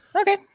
Okay